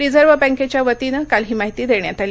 reserve बँकेच्या वतीनं काल ही माहिती देण्यात आली